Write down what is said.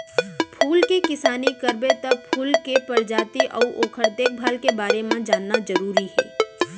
फूल के किसानी करबे त फूल के परजाति अउ ओकर देखभाल के बारे म जानना जरूरी हे